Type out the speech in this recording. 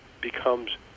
becomes